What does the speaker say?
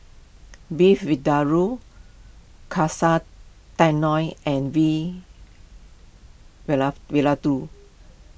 Beef Vindaloo Katsu Tendon and Vindaloo